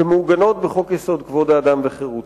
שמעוגנות בחוק-יסוד: כבוד האדם וחירותו.